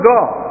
God